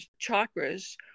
chakras